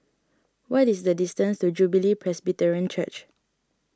what is the distance to Jubilee Presbyterian Church